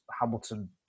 Hamilton